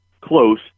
close